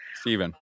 Stephen